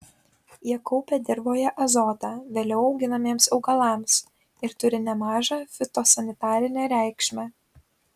jie kaupia dirvoje azotą vėliau auginamiems augalams ir turi nemažą fitosanitarinę reikšmę